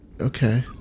Okay